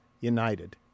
United